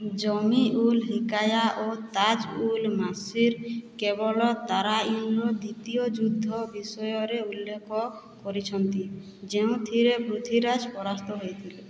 ଜମି ଉଲ୍ ହିକାୟା ଓ ତାଜ ଉଲ୍ ମାସିର୍ କେବଳ ତାରାଇନ୍ର ଦ୍ୱିତୀୟ ଯୁଦ୍ଧ ବିଷୟରେ ଉଲ୍ଲେଖ କରିଛନ୍ତି ଯେଉଁଥିରେ ପୃଥ୍ୱୀରାଜ ପରାସ୍ତ ହୋଇଥିଲେ